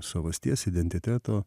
savasties identiteto